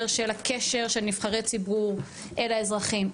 של הקשר של נבחרי ציבור אל האזרחים,